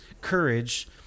courage